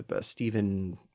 Stephen